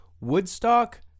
Woodstock